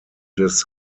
des